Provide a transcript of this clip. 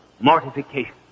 Mortification